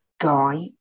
guy